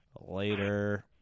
later